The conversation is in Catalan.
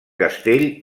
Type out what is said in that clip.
castell